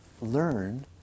learn